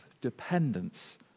dependence